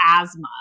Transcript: asthma